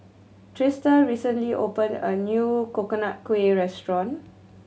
Trista recently opened a new Coconut Kuih restaurant